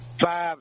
five